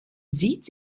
sitz